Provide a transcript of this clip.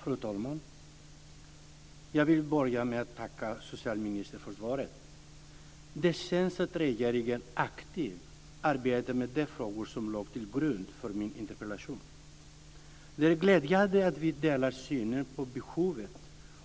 Fru talman! Jag vill börja med att tacka socialministern för svaret. Det känns att regeringen aktivt arbetar med de frågor som ligger till grund för min interpellation. Det är glädjande att vi delar synen på behovet